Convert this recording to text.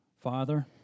Father